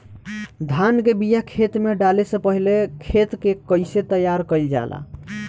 धान के बिया खेत में डाले से पहले खेत के कइसे तैयार कइल जाला?